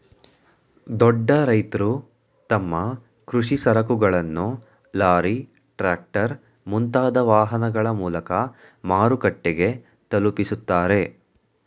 ದೊಡ್ಡ ರೈತ್ರು ತಮ್ಮ ಕೃಷಿ ಸರಕುಗಳನ್ನು ಲಾರಿ, ಟ್ರ್ಯಾಕ್ಟರ್, ಮುಂತಾದ ವಾಹನಗಳ ಮೂಲಕ ಮಾರುಕಟ್ಟೆಗೆ ತಲುಪಿಸುತ್ತಾರೆ